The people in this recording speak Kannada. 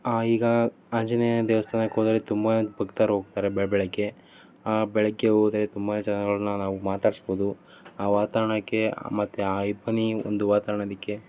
ಈಗ ಆಂಜನೇಯ ದೇವಸ್ಥಾನಕ್ಕೋದರೆ ತುಂಬ ಭಕ್ತರು ಹೋಗ್ತರೆ ಬೆಳ ಬೆಳಗ್ಗೆ ಬೆಳಗ್ಗೆ ಹೋದ್ರೆ ತುಂಬ ಜನಗಳನ್ನ ನಾವು ಮಾತಾಡಿಸ್ಬೌದು ಆ ವಾತಾವರಣಕ್ಕೆ ಮತ್ತು ಆ ಇಬ್ಬನಿ ಒಂದು ವಾತಾವರಣಕ್ಕೆ